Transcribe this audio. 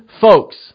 folks